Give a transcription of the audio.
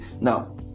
now